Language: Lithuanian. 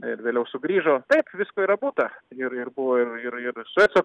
ir vėliau sugrįžo taip visko yra būta ir ir buvo ir ir ir sueco